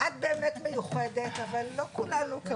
את באמת מיוחדת, אבל לא כולנו כמוך.